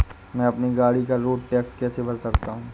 मैं अपनी गाड़ी का रोड टैक्स कैसे भर सकता हूँ?